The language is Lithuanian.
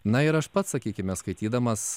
na ir aš pats sakykime skaitydamas